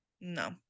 No